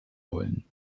wollen